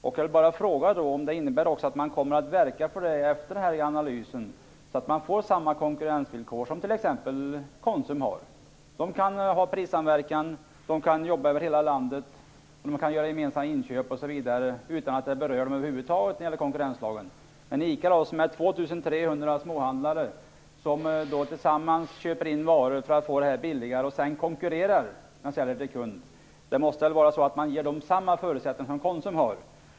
Innebär det också att man kommer att verka för det efter analysen, så att ICA får samma konkurrensvillkor som t.ex. Konsum har? Konsumbutikerna kan ju ha prissamverkan och jobba över hela landet. De kan göra gemensamma inköp osv. utan att över huvud taget beröras av konkurrenslagen. ICA däremot med 2 300 småhandlare, som tillsammans köper in varor för att få dem billigare och som sedan konkurrerar vid försäljningen till kunderna, måste väl få samma förutsättningar som Konsum.